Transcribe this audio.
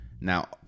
Now